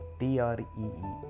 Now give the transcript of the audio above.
tree